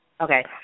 okay